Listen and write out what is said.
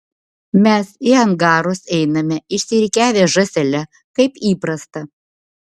mes į angarus einame išsirikiavę žąsele kaip įprasta